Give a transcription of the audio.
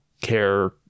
care